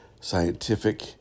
scientific